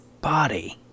body